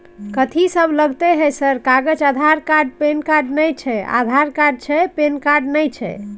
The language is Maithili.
कथि सब लगतै है सर कागज आधार कार्ड पैन कार्ड नए छै आधार कार्ड छै पैन कार्ड ना छै?